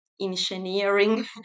Engineering